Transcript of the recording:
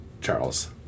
Charles